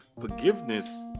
forgiveness